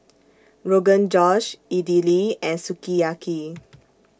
Rogan Josh Idili and Sukiyaki